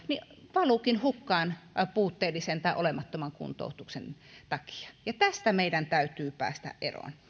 valuukin hukkaan puutteellisen tai olemattoman kuntoutuksen takia tästä meidän täytyy päästä eroon